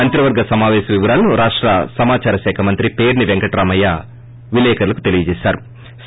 మంత్రివర్గ సమాపేశ వివరాలను రాష్ట సమాచార శాఖ మంత్రి పేర్పి పెంకటరామయ్య విలేకరులకు తెలిపారు